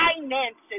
finances